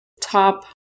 top